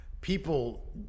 People